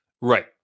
Right